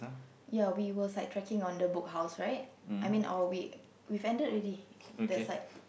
ya we were side tracking on the Book House right I mean or we we've ended already that side